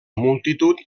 multitud